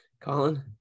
Colin